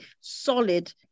solid